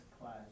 class